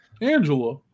Angela